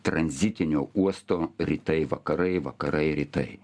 tranzitinio uosto rytai vakarai vakarai rytai